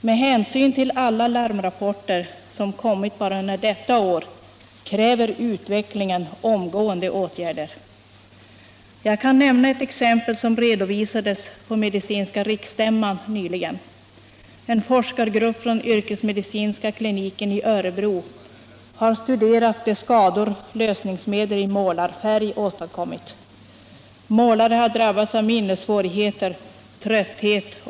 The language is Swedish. Med hänsyn till alla larmrapporter som kommit bara under detta år, kräver utvecklingen omgående åtgärder. Jag kan nämna ett exempel som redovisades på medicinska riksstämman nyligen. En forskargrupp från yrkesmedicinska kliniken i Örebro har studerat de skador lösningsmedel i målarfärg åstadkommit. Målare har drabbats av minnessvårigheter och trötthet.